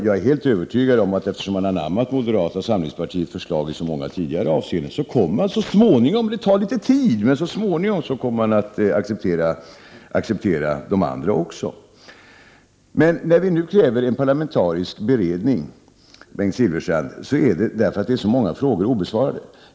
Jag är helt övertygad om, eftersom man har anammat moderata samlingspartiets förslag i så många avseenden tidigare, att man så småningom — men det tar litet tid — kommer att acceptera de andra också. Men, Bengt Silfverstrand, när vi nu kräver en parlamentarisk utredning så är det därför att så många frågor är obesvarade.